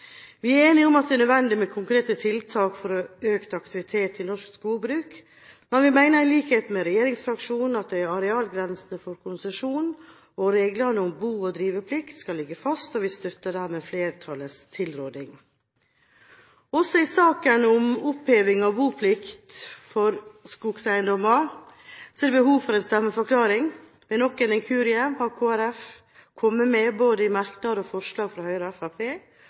Vi er enige om at det er nødvendig med konkrete tiltak for økt aktivitet i norsk skogbruk, men vi mener i likhet med regjeringsfraksjonen at arealgrensene for konsesjon og reglene om bo- og driveplikt skal ligge fast. Vi støtter dermed flertallets tilråding. Også i saken om oppheving av boplikt for skogeiendommer er det behov for en stemmeforklaring. Ved nok en inkurie har Kristelig Folkeparti kommet med både i merknader og i forslaget fra Høyre og